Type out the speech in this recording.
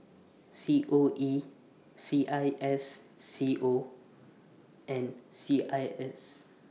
C O E C I S C O and C I S